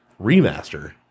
remaster